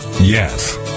Yes